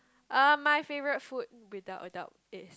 uh my favourite food without a doubt is